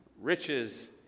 riches